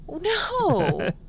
no